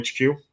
HQ